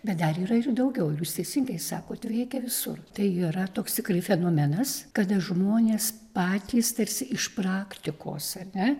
bet dar yra ir daugiau jūs teisingai sakot veikia visur tai yra toks tikrai fenomenas kada žmonės patys tarsi iš praktikos ar ne